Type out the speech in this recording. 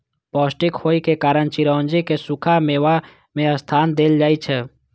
पौष्टिक होइ के कारण चिरौंजी कें सूखा मेवा मे स्थान देल जाइ छै